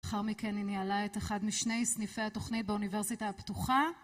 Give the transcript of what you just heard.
לאחר מכן היא ניהלה את אחד משני סניפי התוכנית באוניברסיטה הפתוחה